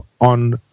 on